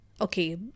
okay